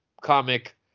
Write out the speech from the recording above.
comic